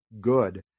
good